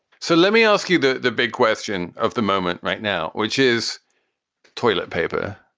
so let me ask you the the big question of the moment right now, which is toilet paper.